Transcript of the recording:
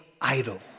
idol